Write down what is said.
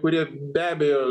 kurie be abejo